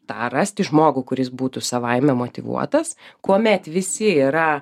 tą rasti žmogų kuris būtų savaime motyvuotas kuomet visi yra